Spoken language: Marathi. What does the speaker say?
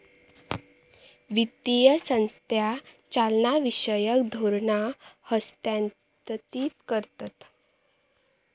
वित्तीय संस्था चालनाविषयक धोरणा हस्थांतरीत करतत